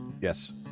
Yes